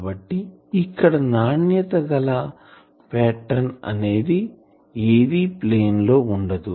కాబట్టి ఇక్కడ నాణ్యత కల పాటర్న్ అనేది ఏది ప్లేన్ లో ఉండదు